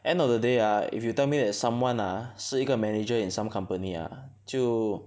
end of the day ah if you tell me that someone ah 是一个 manager in some company ah 就